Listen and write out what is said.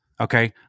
Okay